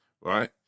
right